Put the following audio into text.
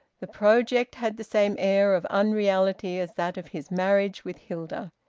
the project had the same air of unreality as that of his marriage with hilda.